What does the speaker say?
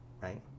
right